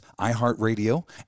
iHeartRadio